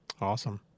Awesome